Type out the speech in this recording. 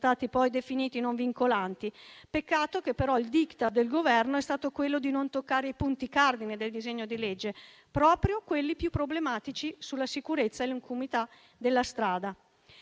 stati poi definiti non vincolanti. Peccato, però, che il *Diktat* del Governo sia stato di non toccare i punti cardine del disegno di legge, proprio quelli più problematici sulla sicurezza e l'incolumità della strada.